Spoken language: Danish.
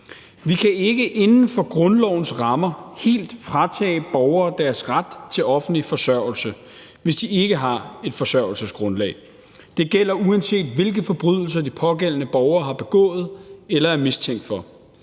Vi kan ikke inden for grundlovens rammer helt fratage borgere deres ret til offentlig forsørgelse, hvis de ikke har et forsørgelsesgrundlag. Det gælder, uanset hvilke forbrydelser de pågældende borgere har begået eller er mistænkt for.